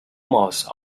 most